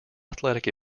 athletics